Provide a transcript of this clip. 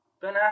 Ben